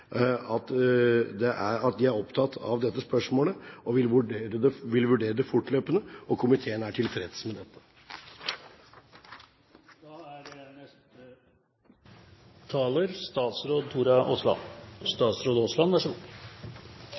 at de er opptatt av dette spørsmålet og vil vurdere det fortløpende. Komiteen er tilfreds med dette. Riksrevisjonens rapport er